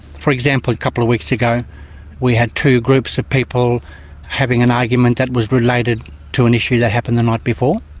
for example, a couple of weeks ago we had two groups of people having an argument that was related to an issue that happened the night before.